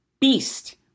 beast